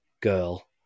girl